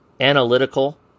analytical